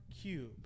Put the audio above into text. cube